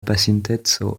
pasinteco